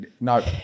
no